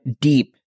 deep